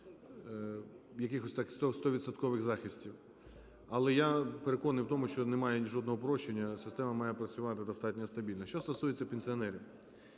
якихось стовідсоткових захистів. Але я переконаний в тому, що немає жодного прощення, система має працювати достатньо стабільно. Що стосується пенсіонерів.